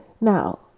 Now